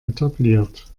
etabliert